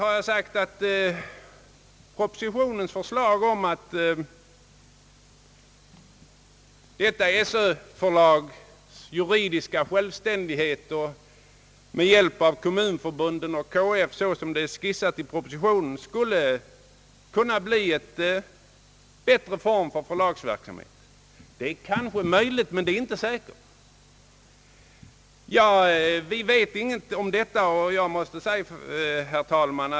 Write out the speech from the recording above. Det är möjligt att detta Sö-förlag med större juridisk självständighet och med hjälp av Kommunförbundet och KF, som det är skisserat i propositionen, skulle innebära en bättre form av förlagsverksamhet. Jag säger att det är möjligt men inte säkert. Vi vet alltså ingenting om den saken.